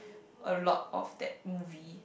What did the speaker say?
a lot of that movie